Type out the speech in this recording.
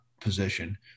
position